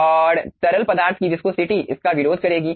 और तरल पदार्थ की विस्कोसिटी इसका विरोध करेगी